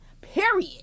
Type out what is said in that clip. Period